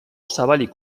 zabalik